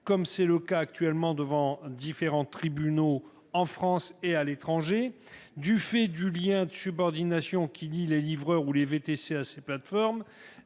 comme c'est le cas actuellement devant différents tribunaux, en France et à l'étranger, du fait du lien de subordination qui lie les livreurs ou les VTC à ces plateformes